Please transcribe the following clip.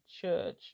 church